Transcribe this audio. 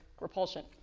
repulsion